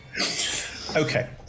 okay